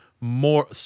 more